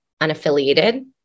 unaffiliated